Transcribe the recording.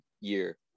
year